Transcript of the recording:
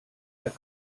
der